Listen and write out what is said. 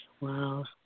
Wow